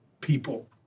people